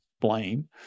blame